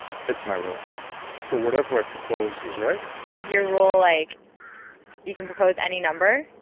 fits my rule so, whatever i propose is right? so, is your rule like you can propose any number?